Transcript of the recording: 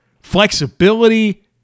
flexibility